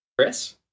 Chris